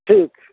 ठीक